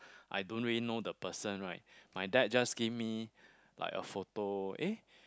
I don't really know the person right my dad just give me like a photo eh